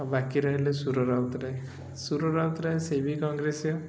ଆଉ ବାକି ରହିଲେ ସୁର ରାଉତରାୟ ସୁର ରାଉତରାୟ ସେ ବିି କଂଗ୍ରେସିଆ